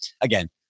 again